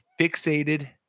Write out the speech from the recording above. fixated